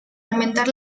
aumentar